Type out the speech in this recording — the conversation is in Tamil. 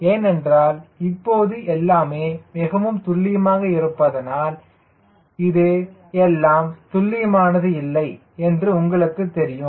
ஏனென்றால் இப்போது எல்லாமே மிகவும் துல்லியமாக இருப்பதால் இது எல்லாம் துல்லியமானது இல்லை என்று உங்களுக்குத் தெரியும்